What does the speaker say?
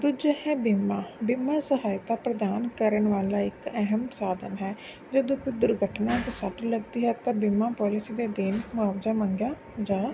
ਦੂਜਾ ਹੈ ਬੀਮਾ ਬੀਮਾ ਸਹਾਇਤਾ ਪ੍ਰਦਾਨ ਕਰਨ ਵਾਲਾ ਇੱਕ ਅਹਿਮ ਸਾਧਨ ਹੈ ਜਦੋਂ ਦੁੱਖ ਦੁਰਘਟਨਾ ਅਤੇ ਸੱਟ ਲੱਗਦੀ ਹੈ ਤਾਂ ਬੀਮਾ ਪੋਲੀਸੀ ਦੇ ਅਧੀਨ ਮੁਆਵਜ਼ਾ ਮੰਗਿਆ ਜਾ